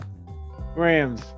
Rams